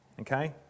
Okay